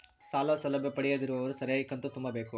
ಸಾಲ ಸೌಲಭ್ಯ ಪಡೆದಿರುವವರು ಸರಿಯಾಗಿ ಕಂತು ತುಂಬಬೇಕು?